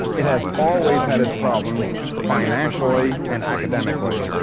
it has always had its problems financially and academically.